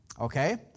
Okay